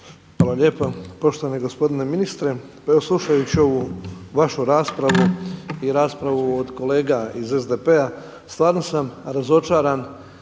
Hvala lijepo. Poštovani gospodine ministre. Pa evo slušajući ovu vašu raspravu i raspravu od kolega iz SDP-a, stvarno sam razočaran